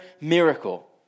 miracle